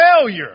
failure